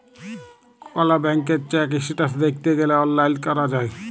call ব্যাংকের check status দ্যাইখতে গ্যালে অললাইল ক্যরা যায়